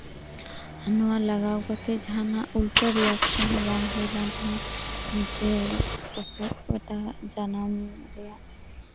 ᱱᱚᱣᱟ ᱞᱟᱜᱟᱣ ᱠᱟᱛᱮ ᱡᱟᱦᱟᱸᱱᱟᱜ ᱩᱞᱴᱟᱹ ᱨᱤᱭᱮᱠᱥᱚᱱ ᱦᱚᱸ ᱵᱟᱝ ᱦᱩᱭ ᱞᱮᱱᱛᱤᱧᱟᱹ ᱡᱮ ᱛᱩᱯᱩᱛ ᱠᱚ ᱜᱚᱴᱟ ᱡᱟᱱᱟᱢ ᱨᱮᱭᱟᱜ